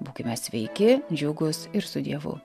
būkime sveiki džiugūs ir su dievu